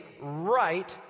right